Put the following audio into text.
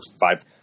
five